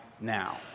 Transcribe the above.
now